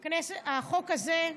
בבקשה,